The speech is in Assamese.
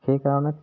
সেইকাৰণে